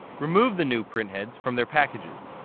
remove the new print heads from their packages.